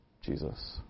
Jesus